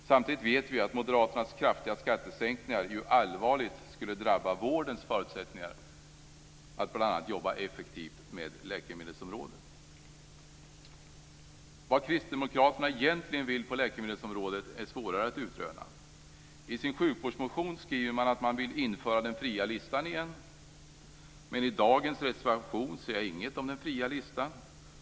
Samtidigt vet vi att Moderaternas kraftiga skattesänkningar allvarligt skulle drabba vårdens förutsättningar att bl.a. jobba effektivt med läkemedelsområdet. Vad Kristdemokraterna egentligen vill på läkemedelsområdet är svårare att utröna. I sin sjukvårdsmotion skriver de att de vill införa den fria listan igen. I dagens reservation ser jag ingenting om den fria listan.